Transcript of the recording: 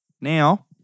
Now